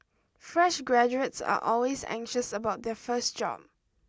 fresh graduates are always anxious about their first job